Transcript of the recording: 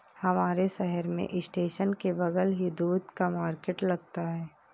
हमारे शहर में स्टेशन के बगल ही दूध का मार्केट लगता है